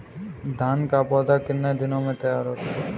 धान का पौधा कितने दिनों में तैयार होता है?